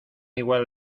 igual